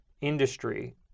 industry